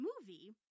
movie